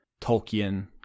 tolkien